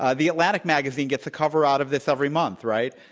ah the atlantic magazine gets a cover out of this every month right?